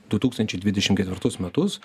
du tūkstančiai dvidešimt ketvirtus metus